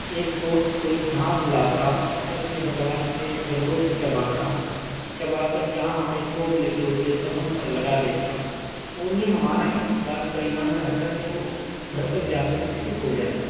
ایک دوست کوئی گھاس لاتا اسے اپنی زبان سے جبڑوں سے چباتا چبا کر جہاں ہمیں چوٹ لگی ہوتی ہے زخم پر لگا دیتا اور وہ ہمارا اس بات پر ایمان رہتا کہ وہ گھر تک جاتے تو ٹھیک ہو جائے گا